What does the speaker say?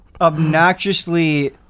obnoxiously